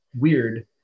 weird